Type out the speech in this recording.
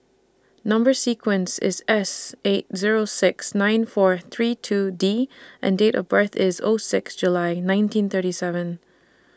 Number sequence IS S eight Zero six nine four three two D and Date of birth IS O six July nineteen thirty seven